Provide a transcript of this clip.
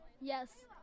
Yes